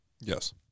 Yes